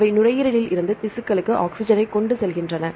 அவை நுரையீரலில் இருந்து திசுக்களுக்கு ஆக்ஸிஜனைக் கொண்டு செல்கின்றன